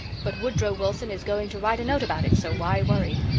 but woodrow wilson is going to write a note about it, so why worry?